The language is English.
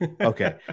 okay